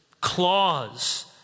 claws